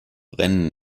brennen